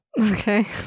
Okay